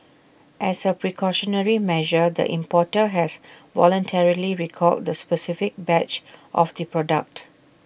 as A precautionary measure the importer has voluntarily recalled the specific batch of the product